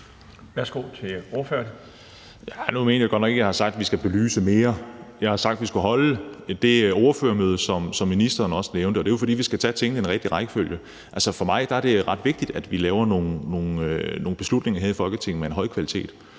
Kasper Roug (S): Nu mener jeg godt nok ikke, jeg har sagt, at vi skal belyse mere. Jeg har sagt, at vi skulle holde det ordførermøde, som ministeren også nævnte, og det er jo, fordi vi skal tage tingene i den rigtige rækkefølge. For mig er det ret vigtigt, at vi laver nogle beslutninger her i Folketinget med en høj kvalitet,